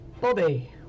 Bobby